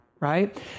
right